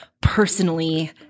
personally